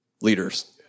leaders